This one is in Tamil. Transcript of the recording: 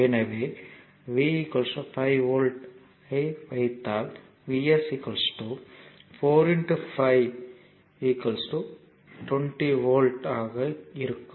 எனவே V 5 V ஐ வைத்தால் Vs 4 5 20 வோல்ட் ஆக இருக்கும்